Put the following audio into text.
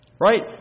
Right